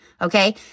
Okay